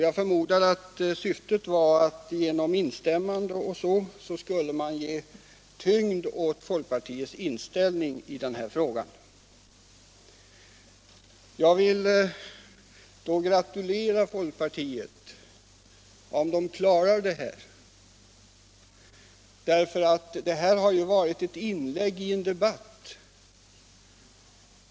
Jag förmodar att syftet var att man genom instämmandena skulle ge tyngd åt folkpartiets inställning i den här frågan. Jag vill då gratulera folkpartiet om man klarar detta. Här har det ju varit inlägg i en debatt.